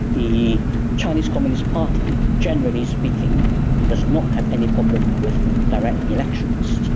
the chinese communist party generally speaking does not have any problem with direct elections,